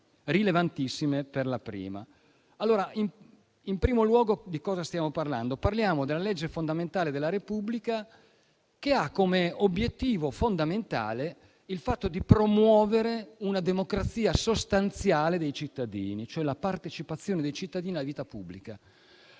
rilevantissime sulla prima. In primo luogo, di cosa stiamo parlando? Parliamo della legge fondamentale della Repubblica, che come obiettivo fondamentale ha il fatto di promuovere una democrazia sostanziale dei cittadini, cioè la partecipazione dei cittadini alla vita pubblica